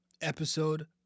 episode